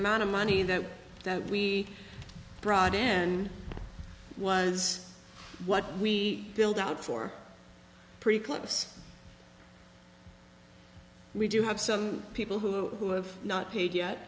amount of money that that we brought in and was what we filled out for pretty close we do have some people who have not paid yet